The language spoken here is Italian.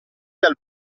dal